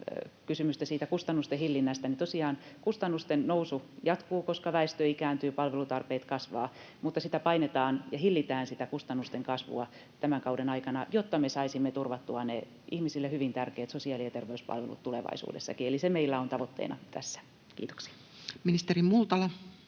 kysymystä siitä kustannusten hillinnästä, niin tosiaan kustannusten nousu jatkuu, koska väestö ikääntyy ja palvelutarpeet kasvavat, mutta sitä kustannusten kasvua painetaan ja hillitään tämän kauden aikana, jotta me saisimme turvattua ne ihmisille hyvin tärkeät sosiaali- ja terveyspalvelut tulevaisuudessakin. Eli se meillä on tavoitteena tässä. — Kiitoksia. [Speech 170]